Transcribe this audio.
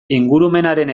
ingurumenaren